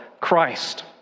Christ